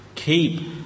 keep